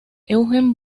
eugen